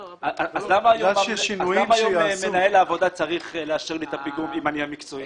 אז למה היום מנהל העבודה צריך לאשר לי את הפיגום אם אני הגורם המקצועי?